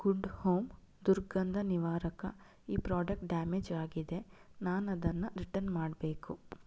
good Home ದುರ್ಗಂಧ ನಿವಾರಕ ಈ ಪ್ರಾಡಕ್ಟ್ ಡ್ಯಾಮೇಜ್ ಆಗಿದೆ ನಾನದನ್ನು ರಿಟರ್ನ್ ಮಾಡಬೇಕು